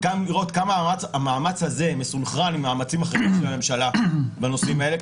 ולראות כמה המאמץ הזה מסונכרן עם מאמצים אחרים של הממשלה בנושאים האלה.